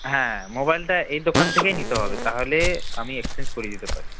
হ্যাঁ মোবাইলটা এই দোকান থেকেই নিতে হবে তাহলে আমি এক্সচেঞ্জ করে দিতে পারি